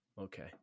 Okay